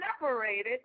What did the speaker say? separated